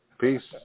Peace